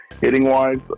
Hitting-wise